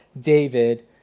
David